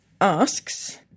asks